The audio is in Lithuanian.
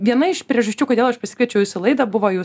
viena iš priežasčių kodėl aš prasikviečiau jus į laidą buvo jūs